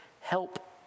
Help